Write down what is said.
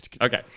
Okay